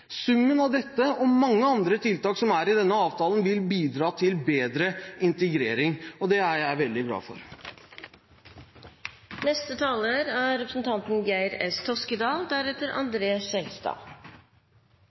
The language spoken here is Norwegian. Summen av dette og mange andre tiltak som er i denne avtalen, vil bidra til bedre integrering, og det er jeg veldig glad